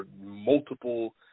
multiple